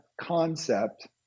concept